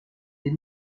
des